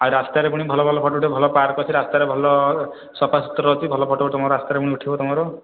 ଆଉ ରାସ୍ତାରେ ପୁଣି ଭଲ ଭଲ ଫଟୋ ଉଠାଇବ ଭଲ ପାର୍କ ଅଛି ରାସ୍ତାରେ ଭଲ ସଫାସୁତୁରା ଅଛି ଭଲ ଫଟୋ ତମ ରାସ୍ତାରେ ପୁଣି ଉଠିବ ତମର